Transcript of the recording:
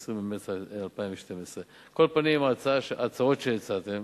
ל-20 במרס 2012. על כל פנים, ההצעות שהצעתם,